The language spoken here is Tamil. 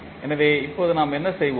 எனவே இப்போது நாம் என்ன செய்வோம்